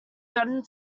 threatened